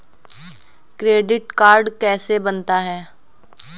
Credit card कैसे बनता है?